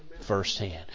Firsthand